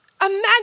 Imagine